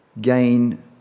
gain